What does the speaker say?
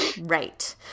Right